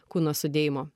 kūno sudėjimo